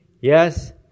Yes